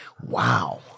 Wow